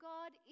God